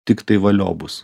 tiktai valio bus